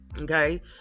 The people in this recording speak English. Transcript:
okay